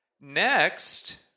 Next